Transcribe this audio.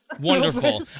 Wonderful